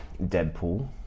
Deadpool